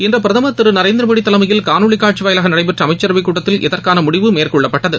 இன்று பிரதமர் திரு நரேந்திரமோடி தலைமையில் காணொலி காட்சி வாயிலாக நடைபெற்ற அமைச்சரவைக்கூட்டத்தில் இதற்கான முடிவு மேற்கொள்ளப்பட்டது